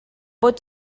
vot